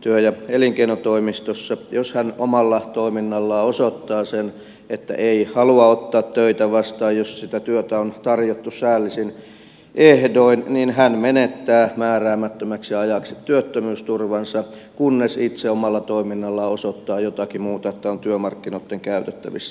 työ ja elinkeinotoimistossa ja jos hän omalla toiminnallaan osoittaa sen että ei halua ottaa töitä vastaan jos sitä työtä on tarjottu säällisin ehdoin niin hän menettää määräämättömäksi ajaksi työttömyysturvansa kunnes itse omalla toiminnallaan osoittaa jotakin muuta että on työmarkkinoitten käytettävissä